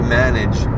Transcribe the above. manage